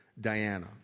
Diana